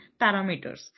parameters